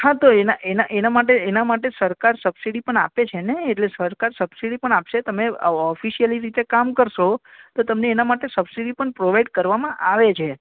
હા તો એના એના એના માટે એના માટે સરકાર સબસીડી પણ આપે છે ને એટલે સરકાર સબસીડી પણ આપશે તમે ઑફિસિયલી રીતે કામ કરશો તો તમને એના માટે સબસીડી પણ પ્રોવાઇડ કરવામાં આવે છે